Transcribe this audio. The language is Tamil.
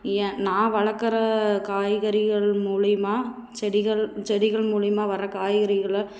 ஏன் நான் வளர்க்குற காய்கறிகள் மூலியமாக செடிகள் செடிகள் மூலியமாக வர காய்கறிகளை